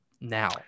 Now